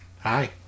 hi